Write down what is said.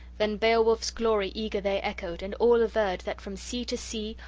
then beowulf's glory eager they echoed, and all averred that from sea to sea,